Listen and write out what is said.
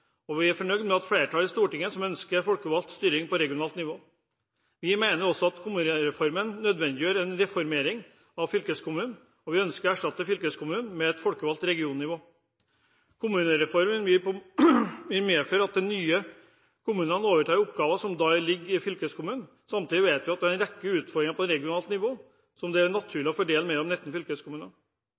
og vi er fornøyd med at det er et flertall i Stortinget som ønsker folkevalgt styring på regionalt nivå. Vi mener også at kommunereformen nødvendiggjør en reformering av fylkeskommunen, og vi ønsker å erstatte fylkeskommunen med et folkevalgt regionnivå. Kommunereformen vil medføre at de nye kommunene overtar oppgaver som i dag ligger til fylkeskommunene. Samtidig vet vi at det er en rekke utfordringer på regionalt nivå som det ikke er naturlig å fordele mellom